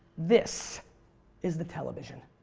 this is the television.